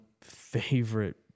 favorite